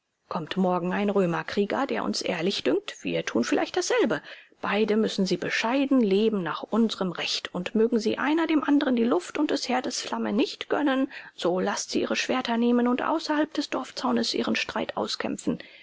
kommt morgen ein römerkrieger der uns ehrlich dünkt wir tun vielleicht dasselbe beide müssen sie bescheiden leben nach unserem recht und mögen sie einer dem anderen die luft und des herdes flamme nicht gönnen so laßt sie ihre schwerter nehmen und außerhalb des dorfzaunes ihren streit auskämpfen